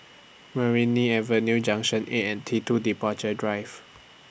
Meranti Avenue Junction eight and T two Departure Drive